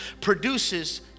produces